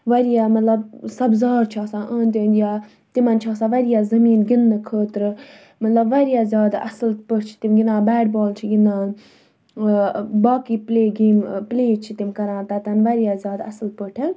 واریاہ مطلب سبزار چھُ آسان أندۍ أندۍ یا تِمَن چھُ آسان واریاہ زٔمین گِندنہٕ خٲطرٕ مطلب واریاہ زیادٕ اصل پٲٹھۍ چھِ تِم گِندان بیٹ بال چھِ گِندان باقٕے پٕلے گیم پٕلے چھِ تِم کَران تَتٮ۪ن واریاہ زیادٕ اصل پٲٹھۍ